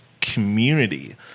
community